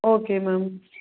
okay ma'am